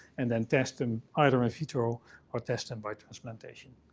and then test them. either in vitro or test them by transplantation.